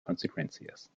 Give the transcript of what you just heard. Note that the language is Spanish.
consecuencias